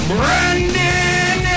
Brandon